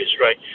Right